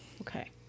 Okay